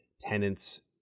tenants